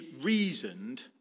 reasoned